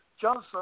Johnson